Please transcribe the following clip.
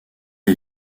est